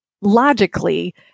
logically